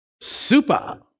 Super